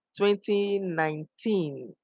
2019